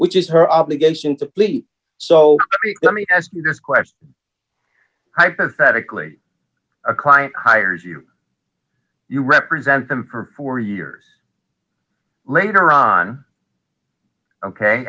which is her obligation to plead so d let me ask you this question hypothetically a client hires you you represent them for four years later on